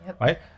right